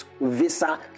visa